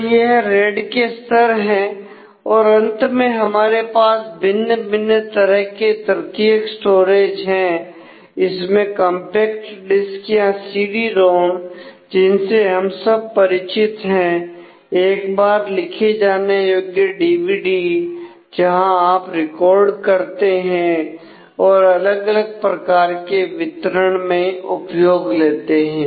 तो यह रेड के स्तर है अंत में हमारे पास भिन्न भिन्न तरह के तृतीयक स्टोरेज हैं इसमें कंपैक्ट डिस्क या सीडी रोम जिनसे हम सब परिचित हैं एक बार लिखे जाने योग्य डीवीडी जहां आप रिकॉर्ड करते हैं और अलग अलग प्रकार के वितरण में उपयोग में लेते हैं